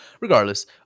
Regardless